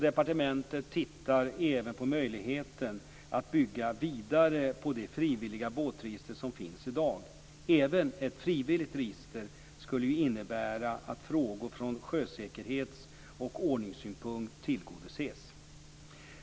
Departementet tittar även på möjligheten att bygga vidare på det frivilliga båtregister som finns i dag. Även ett frivilligt register skulle ju innebära att frågor från sjösäkerhets och ordningssynpunkt tillgodoses.